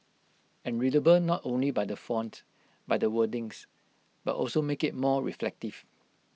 and readable not only by the font by the wordings but also make IT more reflective